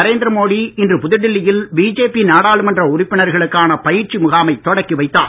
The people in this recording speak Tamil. நரேந்திர மோடி இன்று புதுடில்லி யில் பிஜேபி நாடாளுமன்ற உறுப்பினர்களுக்கான பயிற்சி முகாமைத் தொடக்கி வைத்தார்